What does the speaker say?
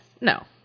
No